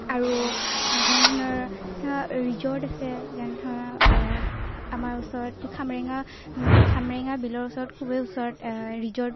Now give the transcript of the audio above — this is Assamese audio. আৰু যেনে ধৰণৰ কিছুমান ৰিজৰ্ট আছে যেনে ধৰণৰ আমাৰ ওচৰত খামৰেঙা খামৰেঙা বিলৰ ওচৰত খুবেই ওচৰত ৰিজৰ্ট